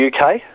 UK